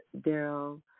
Daryl